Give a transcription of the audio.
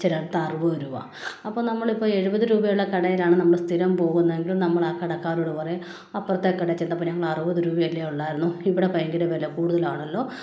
ചിലയിടത്തറുപത് രൂപ അപ്പോൾ നമ്മളിപ്പം എഴുപത് രൂപയുള്ള കടയിലാണ് നമ്മൾ സ്ഥിരം പോകുന്നതെങ്കിൽ നമ്മളാ കടക്കാരോട് പറയും അപ്പുറത്തെ കടയിൽ ചെന്നപ്പോൾ അവിടെ അറുപത് രൂപയല്ലേ ഒള്ളായിരുന്നു ഇവിടെ ഭയങ്കര വില കൂടുതലാണല്ലോ